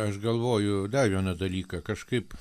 aš galvoju dar vieną dalyką kažkaip